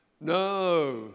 No